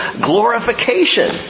glorification